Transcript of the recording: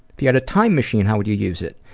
if you had a time machine, how would you use it?